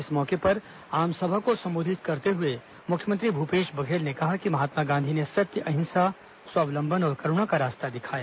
इस मौके पर आमसभा को संबोधित करते हुए मुख्यमंत्री भूपेश बघेल ने कहा कि महात्मा गांधी ने सत्य अहिंसा स्वावलंबन और करूणा का रास्ता दिखाया